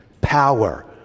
power